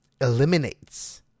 Eliminates